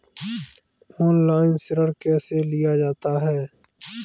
Online ऋण कैसे लिया जाता है?